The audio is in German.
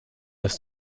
ist